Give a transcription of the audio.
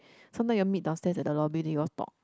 sometime you all meet downstairs at the lobby then you all talk